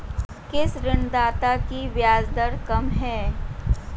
किस ऋणदाता की ब्याज दर कम है?